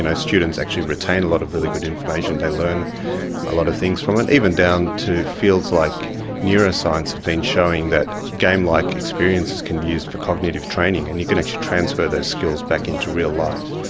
and students actually retain a lot of really good information, they learn a lot of things from it. even down to fields like neuroscience have been showing that game-like experiences can be used for cognitive training, and you can actually transfer those skills back into real life.